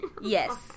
Yes